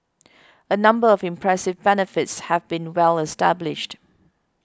a number of impressive benefits have been well established